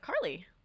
Carly